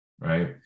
right